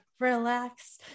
relax